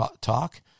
talk